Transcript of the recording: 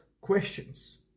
questions